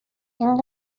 این